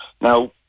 now